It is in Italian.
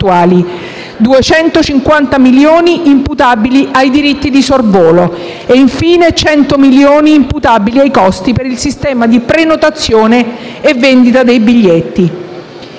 250 milioni imputabili ai diritti di sorvolo e infine 100 milioni imputabili ai costi per il sistema di prenotazione e vendita dei biglietti.